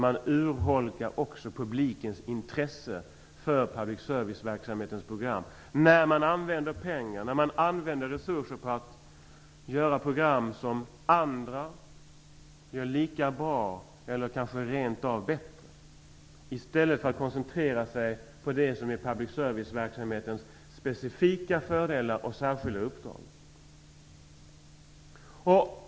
Man urholkar dessutom publikens intresse för public serviceverksamhetens program när man använder pengar och resurser till att göra program som andra gör lika bra eller kanske rent av bättre, i stället för att koncentrera sig på det som är public service-verksamhetens specifika fördelar och särskilda uppdrag.